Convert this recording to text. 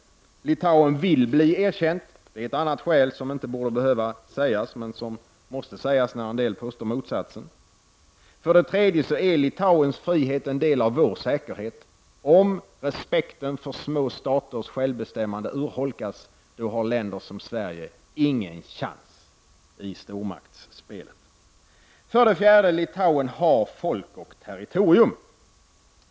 Litauen vill bli erkänt — ett annat skäl som egentligen inte skulle behöva anföras, men som måste nämnas, då somliga påstår motsatsen. 3. Litauens frihet är en del av vår säkerhet. Om respekten för små staters självbestämmande urholkas, har länder som Sverige inte en chans i stormaktsspelet. 4. Litauen har folk och territorium.